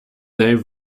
they